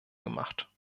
gemacht